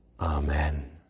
Amen